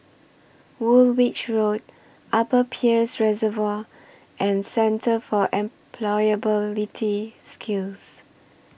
Woolwich Road Upper Peirce Reservoir and Centre For Employability Skills